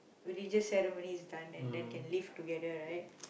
religious ceremony is done then can leave together right